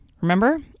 Remember